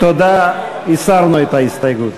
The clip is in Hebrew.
ההסתייגויות